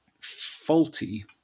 faulty